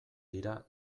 dira